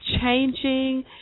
changing